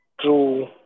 True